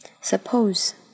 Suppose